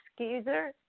excuser